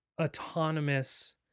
autonomous